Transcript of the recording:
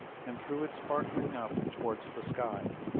and threw it sparkling up towards the sky.